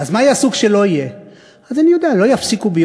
אז מה יעשו כשלא יהיה?